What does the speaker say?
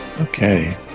Okay